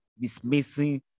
dismissing